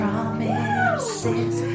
Promises